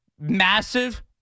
massive